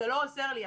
זה לא עוזר לי.